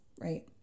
right